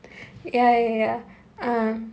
ya ya ya uh